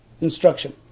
instruction